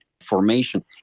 formation